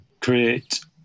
create